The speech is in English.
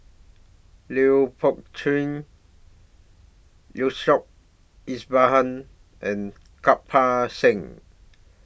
Lui Pao Chuen Yaacob Ibrahim and Kirpal Singh